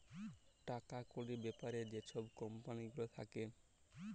টাকা কড়ির ব্যাপারে যে ছব কম্পালি গুলা থ্যাকে